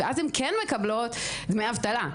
ואז הן כן מקבלות דמי אבטלה.